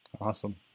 awesome